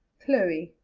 chloe.